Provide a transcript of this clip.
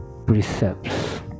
precepts